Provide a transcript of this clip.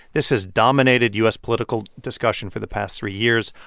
this has dominated u s. political discussion for the past three years.